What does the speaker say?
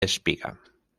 espiga